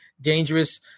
Dangerous